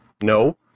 No